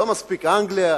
לא מספיק אנגליה,